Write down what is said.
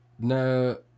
No